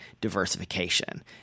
diversification